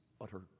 utter